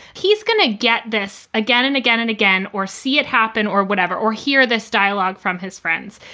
he's going to get this again and again and again or see it happen or whatever, or hear this dialogue from his friends.